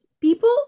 people